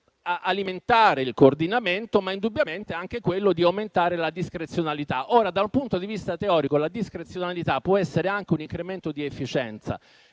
alimentare il coordinamento, ma indubbiamente anche quella di aumentare la discrezionalità. Ora, dal punto di vista teorico la discrezionalità può anche comportare un incremento di efficienza.